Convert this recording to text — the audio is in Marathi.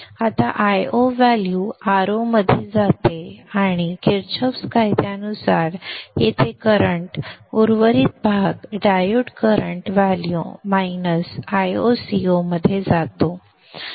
आता Io व्हॅल्यू Ro मध्ये जाते आणि Kirchoffs कायद्यानुसार संदर्भ वेळ 1522 येथे वर्तमान प्रवाह हा उर्वरित भाग diode current value minus Io Ic मध्ये जातो